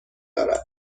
دارد